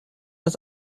das